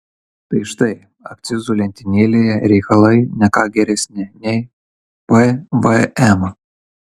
tai štai akcizų lentynėlėje reikalai ne ką geresni nei pvm